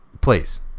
Please